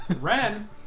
Ren